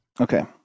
Okay